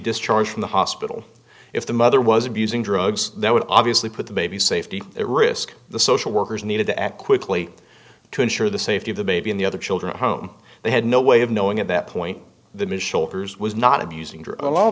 discharged from the hospital if the mother was abusing drugs that would obviously put the baby safety at risk the social workers needed to act quickly to ensure the safety of the baby and the other children at home they had no way of knowing at that point the mitchell hers was not abusing